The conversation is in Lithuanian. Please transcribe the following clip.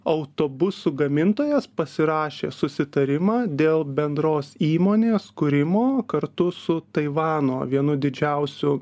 autobusų gamintojas pasirašė susitarimą dėl bendros įmonės kūrimo kartu su taivano vienu didžiausių